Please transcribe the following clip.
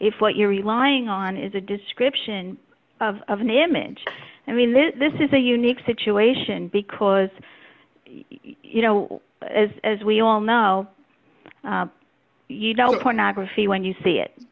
if what you're relying on is a description of an image i mean this is a unique situation because you know as we all know you know pornography when you see it